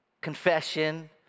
confession